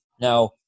Now